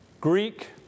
Greek